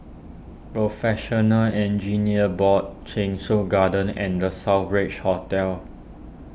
Professional Engineers Board Cheng Soon Garden and the Southbridge Hotel